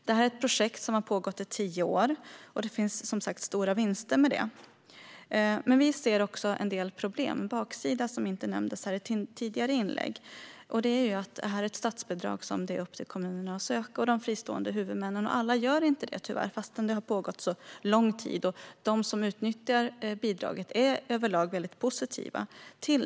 Detta projekt har pågått i tio år, och det finns som sagt stora vinster med det. Vi ser dock en del problem, en baksida som inte har nämnts i tidigare inlägg. Det är upp till kommuner och fristående huvudmän att söka detta statsbidrag, men alla gör tyvärr inte det trots att det har funnits så lång tid och att de som utnyttjar bidraget överlag är positiva.